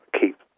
keep